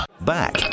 Back